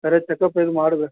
ಸರಿ ಚೆಕಪ್ ಏನು ಮಾಡ್ಬೇ